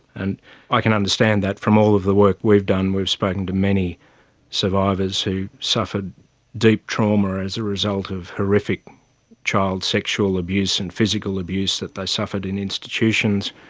and i can understand that. from all of the work we've done, we've spoken to many survivors who suffered deep trauma as a result of horrific child sexual abuse and physical abuse that they suffered in institutions.